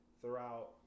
throughout